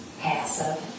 passive